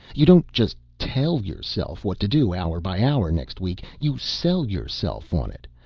you don't just tell yourself what to do hour by hour next week, you sell yourself on it.